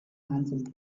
handsome